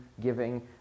giving